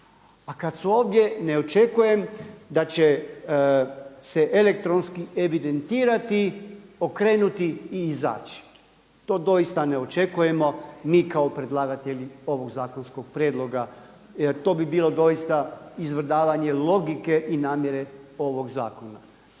A kada su ovdje ne očekujem da će se elektronski evidentirati, okrenuti i izaći. To doista ne očekujemo mi kao predlagatelji ovog zakonskog prijedloga jer bi bilo doista izvrdavanje logike i namjere ovog zakona.